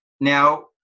Now